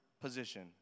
position